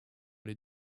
les